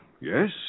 yes